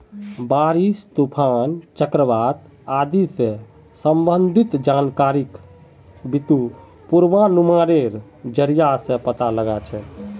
बारिश, तूफान, चक्रवात आदि स संबंधित जानकारिक बितु पूर्वानुमानेर जरिया स पता लगा छेक